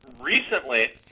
recently